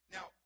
Now